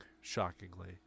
shockingly